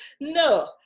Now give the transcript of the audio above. No